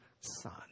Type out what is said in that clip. son